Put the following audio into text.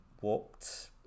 walked